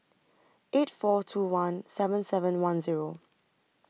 eight four two one seven seven one Zero